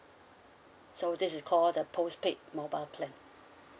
so this is call the postpaid mobile plan